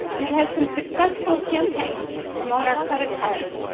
we've had some successful campaigns to promote our credit cards,